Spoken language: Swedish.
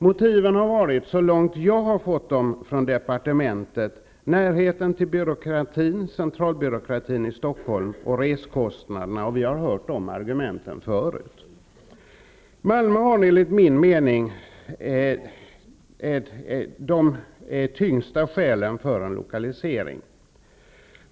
Motiven har, så långt jag har fått dem redovisade från departementet, avsett närheten till centralbyråkratin i Stockholm och resekostnaderna. Vi har hört de argumenten förut. Man har enligt min mening de tyngsta skälen för en lokalisering.